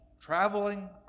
traveling